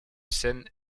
scène